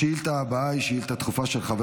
השאילתה הבאה היא שאילתה דחופה של חבר